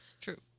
True